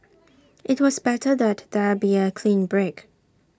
IT was better that there be A clean break